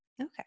Okay